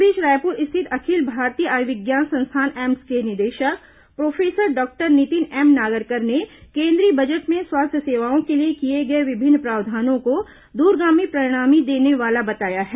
इस बीच रायपुर स्थित अखिल भारतीय आयुर्विज्ञान संस्थान एम्स के निदेशक professor doctor Nitin M Nagarkar ने केंद्रीय बजट में स्वास्थ्य सेवाओं के लिए किए गए विभिन्न प्रावधानों को दूरगामी परिणाम देने वाला बताया है